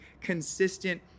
consistent